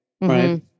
right